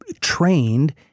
trained